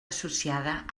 associada